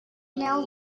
knelt